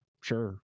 sure